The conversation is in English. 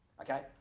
Okay